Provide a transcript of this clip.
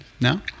now